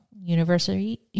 University